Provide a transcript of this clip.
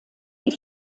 die